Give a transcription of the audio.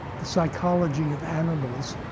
the psychology of animals,